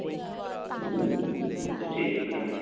ਹਾਂਜੀ ਠੀਕ ਐ ਸਰ